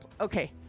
Okay